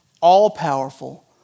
all-powerful